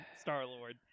Star-Lord